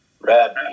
Red